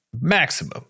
maximum